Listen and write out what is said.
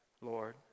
Lord